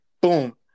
Boom